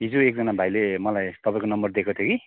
हिजो एकजना भाइले मलाई तपाईँको नम्बर दिएको थियो कि